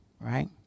right